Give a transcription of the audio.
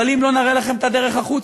אבל אם לא נראה לכם את הדרך החוצה.